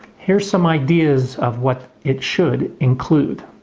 here's some ideas of what it should include.